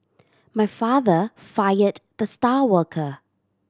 my father fired the star worker